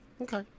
Okay